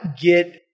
get